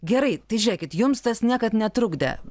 gerai tai žiūrėkit jums tas niekad netrukdė